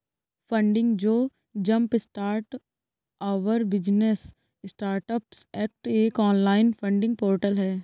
funding जो jumpstart our business startups act एक online funding portal है